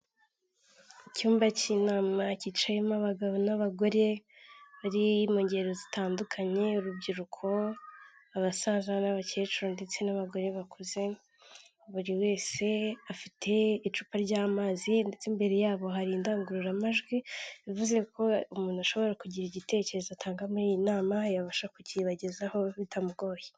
Icyumba cy'inama cyicayemo abagabo n'abagore bari mu ngero zitandukanye, urubyiruko, abasaza n'abakecuru, ndetse n'abagore bakuze, buri wese afite icupa ry'amazi. Ndetse imbere ya bo hari indangururamajwi, bivuze ko umuntu ashobora kugira igitekerezo atanga muri iyi nama yabasha kukiyibagezaho bitamugoye.